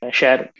share